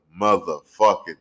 motherfucking